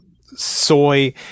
soy